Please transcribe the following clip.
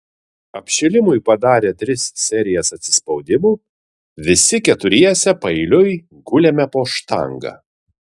apšilimui padarę tris serijas atsispaudimų visi keturiese paeiliui gulėme po štanga